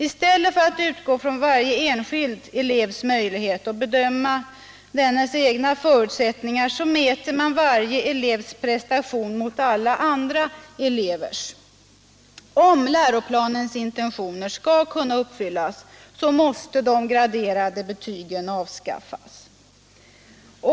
I stället för att utgå från varje enskild elevs möjlighet och bedöma dennes egna förutsättningar mäter man varje elevs prestation mot alla andra elevers. Om läroplanens intentioner skall kunna uppfyllas måste de graderade betygen avskaffas.